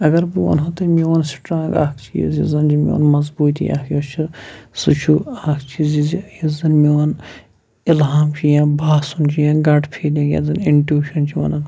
اگر بہٕ وَنہو تۄہہِ میون سٹرانٛگ اَکھ چیٖز یُس زَن تہِ میون مضبوٗطی اَکھ یُس چھُ سُہ چھُ اَکھ چیٖز زِ یُس زَن میون اِلحام چھُ یا باسُن چھُ یا گَٹہٕ فیٖلِنٛگ یَتھ زَن اِنٹوشَن چھِ وَنان